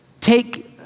take